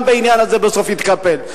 גם בעניין הזה בסוף יתקפל,